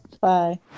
bye